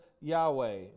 Yahweh